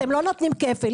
אתם לא נותנים כפל.